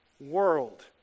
world